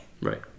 Right